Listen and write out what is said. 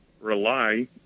rely